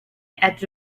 edge